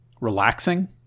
relaxing